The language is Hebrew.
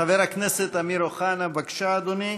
חברת הכנסת אמיר אוחנה, בבקשה, אדוני.